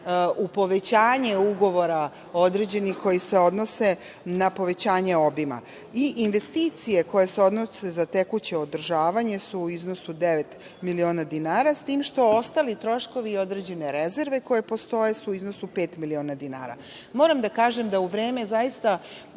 u povećanje ugovora određenih koji se odnose na povećanje obima. I investicije koje se odnose za tekuće održavanje su u iznosu devet miliona dinara, s tim što ostali troškovi i određene rezerve koje postoje su u iznosu pet miliona dinara. Moram da kažem da u vreme kada